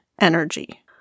energy